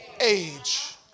age